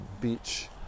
beach